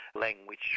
language